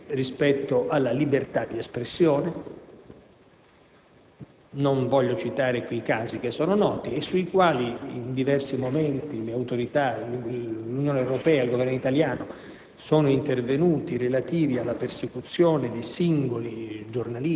limitazioni tuttora assai significative alla libertà di espressione. Non voglio citare in questa sede i casi che sono noti e sui quali in diversi momenti le autorità (l'Unione Europea, il Governo italiano)